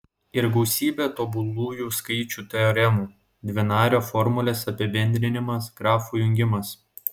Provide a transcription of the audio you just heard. ir gausybė tobulųjų skaičių teoremų dvinario formulės apibendrinimas grafų jungimas